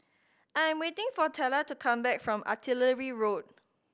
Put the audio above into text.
I am waiting for Tella to come back from Artillery Road